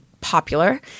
popular